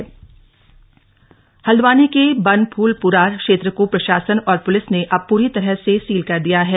Banbhoolpura seal Haldwani के बनभूलपुरा क्षेत्र को प्रशासन और पुलिस ने अब पूरी तरह से सील कर दिया है